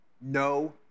No